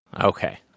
Okay